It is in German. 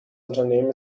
unternehmen